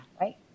Right